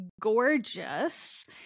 gorgeous